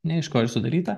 ne iš ko ji sudaryta